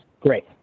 great